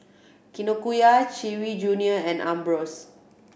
Kinokuniya Chewy Junior and Ambros